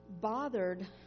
bothered